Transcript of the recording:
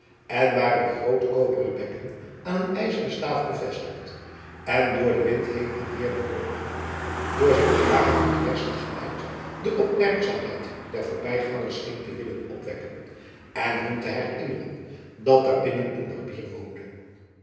en waar een groot koperen bekken aan een ijzeren staaf bevestigd en door den wind heen en weer bewogen door zijn krakend en knersend geluid de opmerkzaamheid der voorbygangers scheen te willen opwekken en hun te herinneren dat daarbinnen een barbier woonde